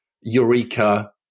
eureka